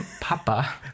papa